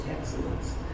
excellence